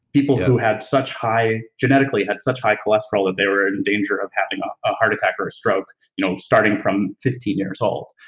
people who had such high. genetically had such high cholesterol that they were in danger of having ah a heart attack or a stroke you know starting from fifteen years old.